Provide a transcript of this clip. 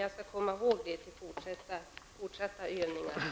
Jag skall komma ihåg det till de fortsatta övningarna.